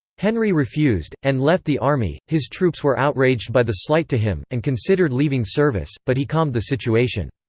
henry refused, and left the army his troops were outraged by the slight to him, and considered leaving service, but he calmed the situation.